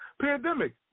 pandemic